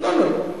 לא נורא,